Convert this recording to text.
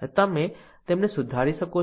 અને તમે તેમને સુધારી શકો છો